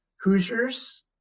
Hoosiers